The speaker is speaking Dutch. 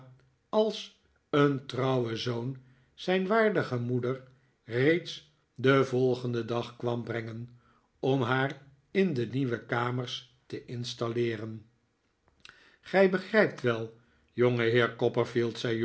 als een trouwe zoon zijn waardige moeder reeds den volgenden dag kwam brengen om haar in de nieuwe kamers te installeeren gij begrijpt wel jongeheer copperfield zei